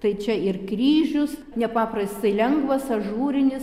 tai čia ir kryžius nepaprastai lengvas ažūrinis